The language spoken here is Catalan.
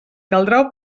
caldrà